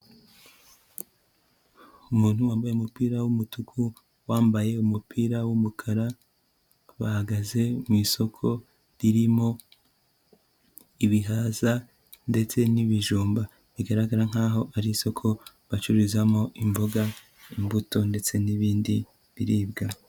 Umuntu wambaye umupira w'umutuku, uwambaye umupira w'umukara, bahagaze mu isoko ririmo ibihaza, ndetse n'ibijumba, bigaragara nkaho ari isoko bacururizamo imboga, imbuto ndetse n'ibindi biribwa.